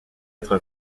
être